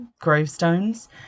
gravestones